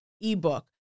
ebook